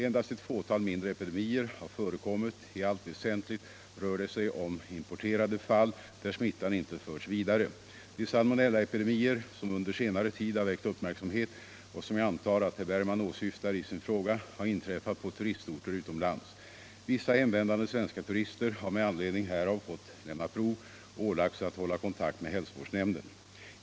Endast ett fåtal mindre epidemier har förekommit. I allt väsentligt rör det sig om importerade fall där smittan inte förts vidare. De salmonellaepidemier som under senare tid har väckt uppmärksamhet och som jag antar att herr Bergman åsyftar i sin fråga har inträffat på turistorter utomlands. Vissa hemvändande svenska turister har med anledning härav fått lämna prov och ålagts att hålla kontakt med hälsovårdsnämnden.